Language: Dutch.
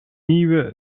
nieuwe